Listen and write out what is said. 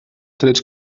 trets